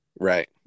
right